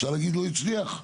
אפשר להגיד שלא הצליח?